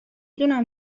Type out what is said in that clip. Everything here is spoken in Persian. دونم